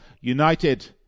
United